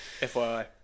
FYI